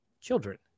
children